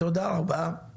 תודה רבה.